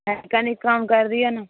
हे कनी कम कर दिऔ ने